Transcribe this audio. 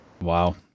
Wow